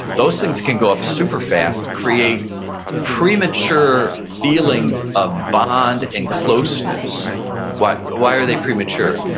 those things can go up super fast, create premature feelings of bond and closeness why why are they premature?